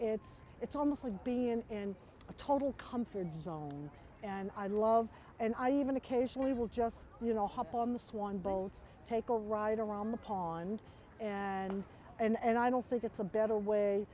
it's it's almost like being in a total comfort zone and i love and i even occasionally will just you know hop on the swan boats take a ride around the pond and and i don't think it's a better way